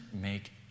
make